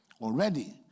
Already